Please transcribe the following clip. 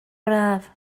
braf